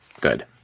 good